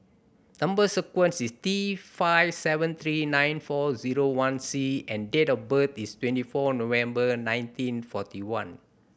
number sequence is T five seven three nine four zero one C and date of birth is twenty four November nineteen forty one